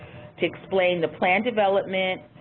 to explain the plan development,